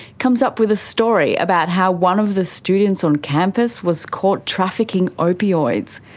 comes up with a story about how one of the students on campus was caught trafficking opioids.